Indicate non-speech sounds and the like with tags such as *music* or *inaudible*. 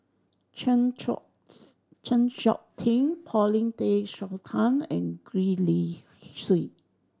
Chng Seok *unintelligible* Chng Seok Tin Paulin Tay Straughan and Gwee Li *unintelligible* Sui